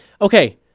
Okay